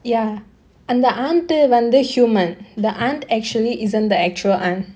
ya அந்த:andha aunt வந்து:vandhu human the aunt actually isn't the actual aunt